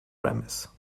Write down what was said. premise